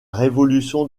révolution